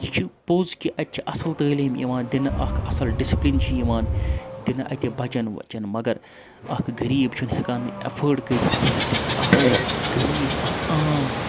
یہِ چھُ پوٚز کہِ اَتہِ چھِ اَصٕل تٲلیٖم یِوان دِنہٕ اکھ اَصٕل ڈِسپلِن چھِ یِوان دِنہٕ اَتہِ بَچَن وچَن مگر اَکھکھ غریٖب چھُنہٕ ہٮ۪کان ن ای۪فٲڈ کٔرِتھ کِہیٖنۍ تِنہٕ اَکھ غریٖب اَکھ عام